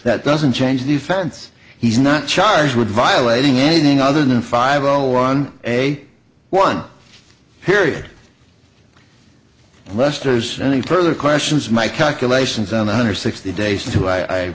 that doesn't change the fence he's not charged with violating anything other than five o one a one period lester's any further questions my calculations on one hundred sixty days to i i